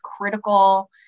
critical